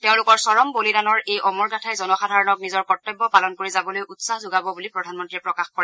তেওঁলোকৰ চৰম বলিদানৰ এই অমৰ গাঁথাই জনসাধাৰণক নিজৰ কৰ্তব্য পালন কৰি যাবলৈ উৎসাহ যোগাব বুলি প্ৰধানমন্ত্ৰীয়ে প্ৰকাশ কৰে